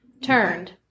turned